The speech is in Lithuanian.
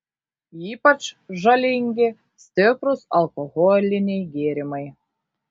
ypač žalingi stiprūs alkoholiniai gėrimai